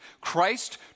Christ